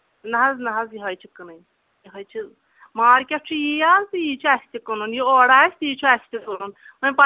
نہ حظ نہ حظ یٔہے چِھ کٕنٕنۍ یِہوٚے چِھ مارکٮ۪ٹ چھُ یی از تہٕ یی چھُ اسہِ تہِ کٕنُن یہِ اورٕ اَسہِ تی چھُ اسہِ تہ کٕنُن وۄنۍ پتہٕ